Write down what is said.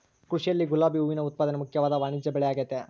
ಕೃಷಿಯಲ್ಲಿ ಗುಲಾಬಿ ಹೂವಿನ ಉತ್ಪಾದನೆ ಮುಖ್ಯವಾದ ವಾಣಿಜ್ಯಬೆಳೆಆಗೆತೆ